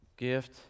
Gift